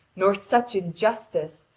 nor such injustice,